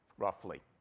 roughly?